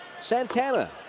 Santana